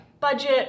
budget